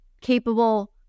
capable